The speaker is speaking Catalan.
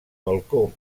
balcó